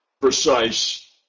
precise